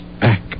back